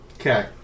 Okay